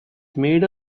made